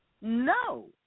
No